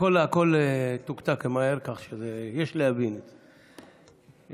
הכול תוקתק מהר, כך שיש להבין את זה.